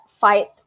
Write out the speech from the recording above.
fight